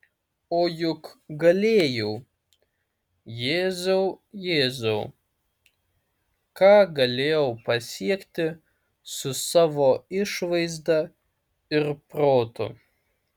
o juk galėjau jėzau jėzau ką galėjau pasiekti su savo išvaizda ir protu